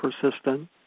persistent